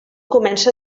comença